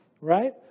right